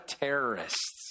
terrorists